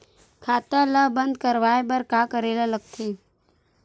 खाता ला बंद करवाय बार का करे ला लगथे?